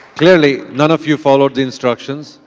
clearly, none of you followed the instructions,